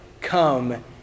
come